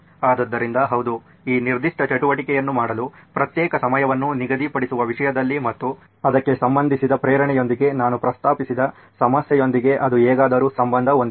ಆದ್ದರಿಂದ ಹೌದು ಈ ನಿರ್ದಿಷ್ಟ ಚಟುವಟಿಕೆಯನ್ನು ಮಾಡಲು ಪ್ರತ್ಯೇಕ ಸಮಯವನ್ನು ನಿಗದಿಪಡಿಸುವ ವಿಷಯದಲ್ಲಿ ಮತ್ತು ಅದಕ್ಕೆ ಸಂಬಂಧಿಸಿದ ಪ್ರೇರಣೆಯೊಂದಿಗೆ ನಾನು ಪ್ರಸ್ತಾಪಿಸಿದ ಸಮಸ್ಯೆಯೊಂದಿಗೆ ಅದು ಹೇಗಾದರೂ ಸಂಬಂಧ ಹೊಂದಿದೆ